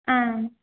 ஆ